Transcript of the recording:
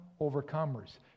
overcomers